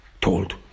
told